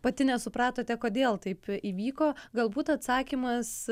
pati nesupratote kodėl taip įvyko galbūt atsakymas